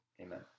Amen